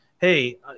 hey